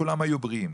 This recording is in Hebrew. כולם היו בריאים.